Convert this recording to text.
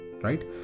right